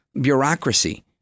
bureaucracy